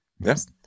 yes